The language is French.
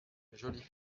jolies